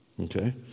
okay